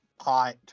hot